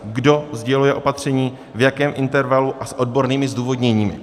Kdo sděluje opatření, v jakém intervalu a s odbornými zdůvodněními.